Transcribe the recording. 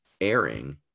airing